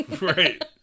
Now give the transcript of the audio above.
Right